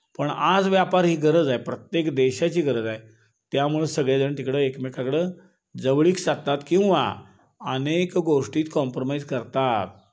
पण आज व्यापार ही गरज आहे प्रत्येक देशाची गरज आहे त्यामुळं सगळेजण तिकडं एकमेकाकडं जवळीक साधतात किंवा अनेक गोष्टीत कॉम्प्रोमाइज करतात